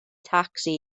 tacsi